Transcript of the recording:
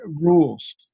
rules